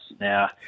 Now